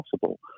possible